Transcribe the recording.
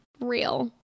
real